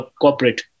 corporate